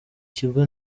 kigo